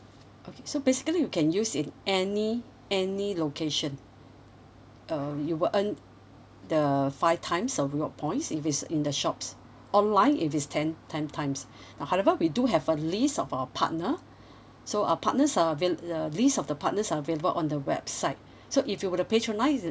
okay so basically you can use in any any location uh you will earn the five times of reward points if it's in the shops online if it's ten ten times now however we do have a list of our partner so our partners are avail~ uh list of the partners are available on the website so if you were to patronise